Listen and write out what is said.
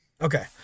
Okay